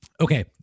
okay